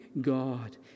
God